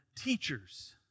teachers